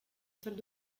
salle